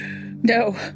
No